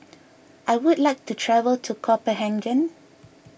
I would like to travel to Copenhagen